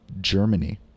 Germany